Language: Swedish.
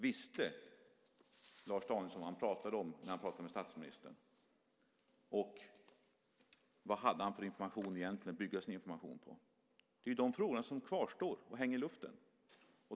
Visste Lars Danielsson vad han pratade om när han pratade med statsministern, och vad hade han egentligen för uppgifter att bygga sin information på? Det är de frågorna som kvarstår och hänger i luften.